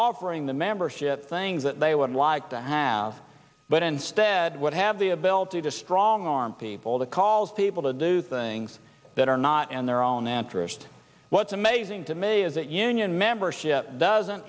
offering the membership things that they would like to have but instead would have the ability to strong arm people that calls people to do things that are not and their own an interest what's amazing to me is that union membership doesn't